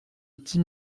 dix